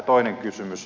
toinen kysymys